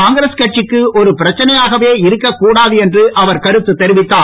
காங்கிரஸ் கட்சிக்கு ஒரு பிரச்சனையாகவே இருக்கக்கூடாது என்று அவர் கருத்த தெரிவித்தார்